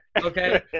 okay